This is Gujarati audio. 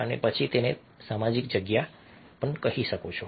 અને પછી તમે તેને સામાજિક જગ્યા કહી શકો છો